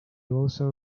also